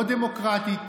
לא דמוקרטית,